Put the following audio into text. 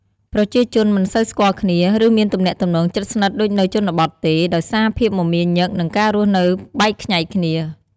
ប្រជាជនមិនសូវស្គាល់គ្នា ឬមានទំនាក់ទំនងជិតស្និទ្ធដូចនៅជនបទទេ ដោយសារភាពមមាញឹក និងការរស់នៅបែកខ្ញែកគ្នា។